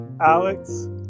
Alex